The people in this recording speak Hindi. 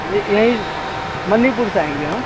जी यहीं मणिपुर से आएँगे हम